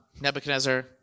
Nebuchadnezzar